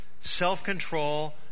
self-control